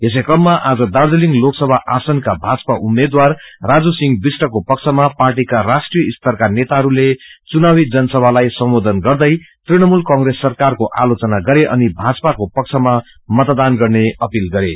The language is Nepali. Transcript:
यसैक्रममा आज दार्जीलिङ लोकसभा आसनको भाजपा उम्मेद्वार राजूसिंह विष्टको पक्षमा पार्टीका राष्ट्रिय स्तरका नेताहरूले चुनावी जनसभालाई सम्बोधन गर्दै तृणमूल कंग्रेस सरकारको आलोचना गरे अनि भजपाको पक्षमा मतदान गर्ने अपील गरे